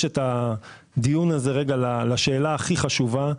את הדיון הזה רגע לשאלה הכי חשובה,